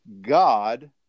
God